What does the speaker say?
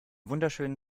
wunderschönen